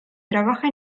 trabaja